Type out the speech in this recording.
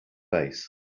face